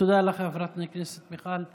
תודה לחברת הכנסת מיכל רוזין.